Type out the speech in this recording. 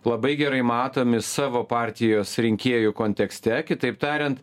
labai gerai matomi savo partijos rinkėjų kontekste kitaip tariant